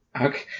okay